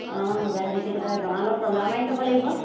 অঁ সদায় দেখি থকা গঁৰালত তলা মাৰি থ'ব লাগিব